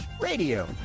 radio